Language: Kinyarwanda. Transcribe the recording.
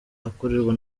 akorerwa